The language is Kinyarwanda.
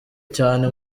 cyane